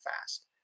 fast